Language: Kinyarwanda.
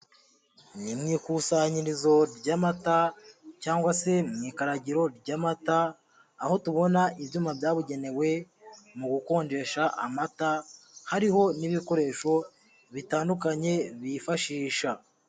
Ni mu ikusanyirizo ry'amata cyangwa se mu ikaragiro ry'amata, aho tubona ibyuma byabugenewe mu gukonjesha amata, hariho n'ibikoresho bitandukanye bifashisha.